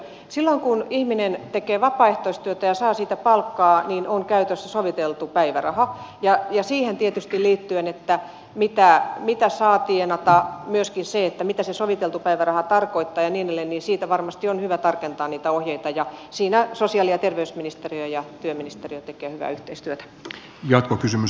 silloin kun ihminen tekee vapaaehtoistyötä ja saa siitä palkkaa on käytössä soviteltu päiväraha ja tietysti siihen liittyen siitä mitä saa tienata ja myöskin mitä se soviteltu päiväraha tarkoittaa ja niin edelleen varmasti on hyvä tarkentaa niitä ohjeita ja siinä sosiaali ja terveysministeriö ja työministeriö tekevät hyvää yhteistyötä